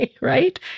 Right